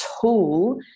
tool